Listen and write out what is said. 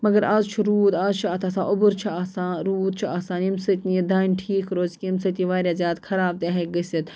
مگر اَز چھُ روٗد اَز چھُ اَتھ آسان اوٚبُر چھُ آسان روٗد چھُ آسان ییٚمہِ سۭتۍ نہٕ یہِ دانہِ ٹھیٖک روزِ کیٚنٛہہ ییٚمہِ سۭتۍ یہِ واریاہ زیادٕ خَراب تہِ ہیٚکہِ گٔژھِتھ